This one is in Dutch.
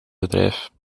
bedrijf